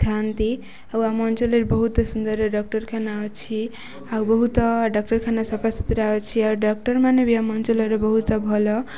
ଥାଆନ୍ତି ଆଉ ଆମ ଅଞ୍ଚଳରେ ବହୁତ ସୁନ୍ଦର ଡାକ୍ତରଖାନା ଅଛି ଆଉ ବହୁତ ଡାକ୍ତରଖାନା ସଫାସୁୁତୁରା ଅଛି ଆଉ ଡକ୍ଟର ମାନେ ବି ଆମ ଅଞ୍ଚଳରେ ବହୁତ ଭଲ